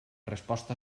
resposta